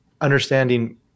understanding